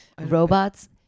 Robots